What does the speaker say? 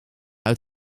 uit